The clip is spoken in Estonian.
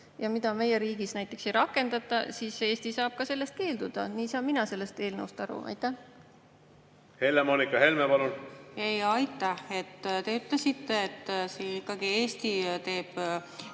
ja mida meie riigis näiteks ei rakendata, siis Eesti saab ka sellest keelduda. Nii saan mina sellest eelnõust aru. Helle-Moonika Helme, palun! Aitäh! Te ütlesite, et Eestil on ikkagi õigus teha